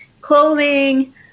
clothing